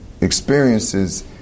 experiences